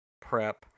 prep